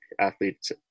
athletes